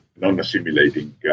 non-assimilating